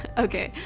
ah okay,